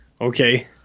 okay